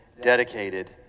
dedicated